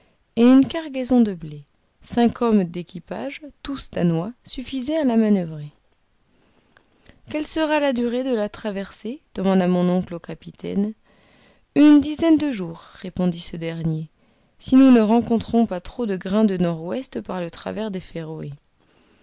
et une cargaison de blé cinq hommes d'équipage tous danois suffisaient à la manoeuvrer quelle sera la durée de la traversée demanda mon oncle au capitaine une dizaine de jours répondit ce dernier si nous ne rencontrons pas trop de grains de nord-ouest par le travers des feroë